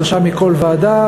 שלושה מכל ועדה,